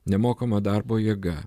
nemokama darbo jėga